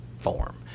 form